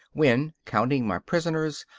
when, counting my prisoners,